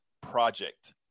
Project